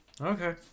Okay